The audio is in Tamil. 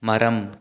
மரம்